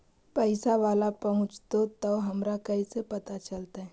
पैसा बाला पहूंचतै तौ हमरा कैसे पता चलतै?